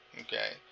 okay